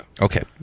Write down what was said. Okay